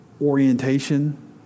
orientation